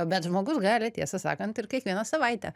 bet žmogus gali tiesą sakant ir kiekvieną savaitę